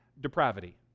Depravity